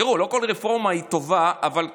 תראו, לא כל רפורמה היא טובה, אבל,